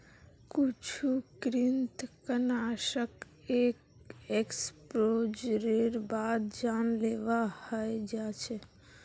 कुछु कृंतकनाशक एक एक्सपोजरेर बाद जानलेवा हय जा छ